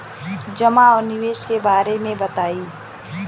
जमा और निवेश के बारे मे बतायी?